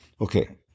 Okay